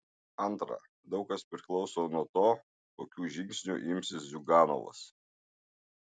antra daug kas priklauso nuo to kokių žingsnių imsis ziuganovas